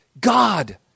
God